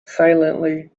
silently